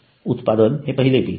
उत्पादन हे पहिले P